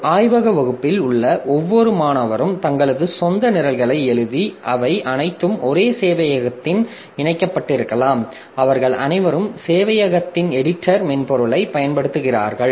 ஒரு ஆய்வக வகுப்பில் உள்ள ஒவ்வொரு மாணவரும் தங்களது சொந்த நிரல்களை எழுதி அவை அனைத்தும் ஒரு சேவையகத்துடன் இணைக்கப்பட்டிருக்கலாம் அவர்கள் அனைவரும் சேவையகத்தின் எடிட்டர் மென்பொருளைப் பயன்படுத்துகிறார்கள்